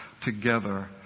together